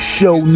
Show